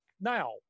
Now